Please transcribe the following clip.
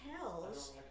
tells